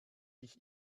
sich